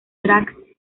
tracks